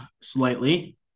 slightly